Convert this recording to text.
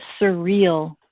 surreal